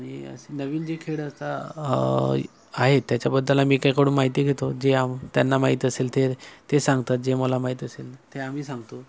आणि असे नवीन जे खेळ असतात आहेत त्याच्याबद्दलला मी काहींकडून माहिती घेतो जे आम त्यांना माहीत असेल ते ते सांगतात जे मला माहीत असेल ते आम्ही सांगतो